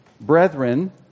Brethren